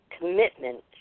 commitment